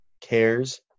cares